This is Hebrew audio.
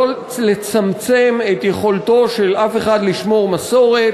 לא לצמצם את יכולתו של אף אחד לשמור מסורת,